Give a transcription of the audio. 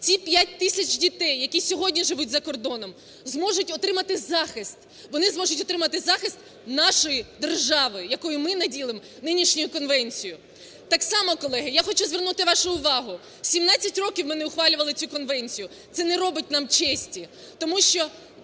ці 5 тисяч дітей, які сьогодні живуть за кордоном, зможуть отримати захист, вони зможуть отримати захист нашої держави, якою ми наділимо нинішньою конвенцією. Так само, колеги, я хочу звернути вашу увагу: 17 років ми не ухвалювали цю конвенцію, це не робить нам честі,